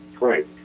Right